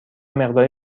مقداری